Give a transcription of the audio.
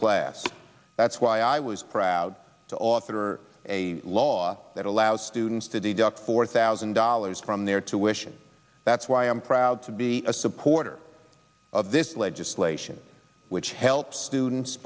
class that's why i was proud to author a law that allows students to deduct four thousand dollars from their tuition that's why i'm proud to be a supporter of this legislation which helps students